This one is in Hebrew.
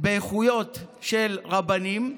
באיכויות של רבנים,